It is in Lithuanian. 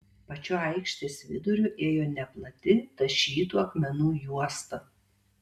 pačiu aikštės viduriu ėjo neplati tašytų akmenų juosta